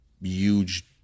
huge